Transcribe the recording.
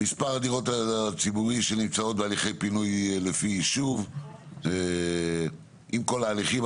מספר הדירות הציבורי שנמצאות בהליכי פינוי לפי יישוב עם כל ההליכים.